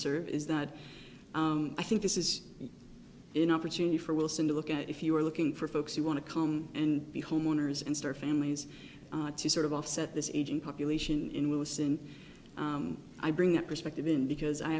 serve is that i think this is an opportunity for wilson to look at if you are looking for folks who want to come and be homeowners and start families to sort of offset this is aging population in willis and i bring that perspective in because i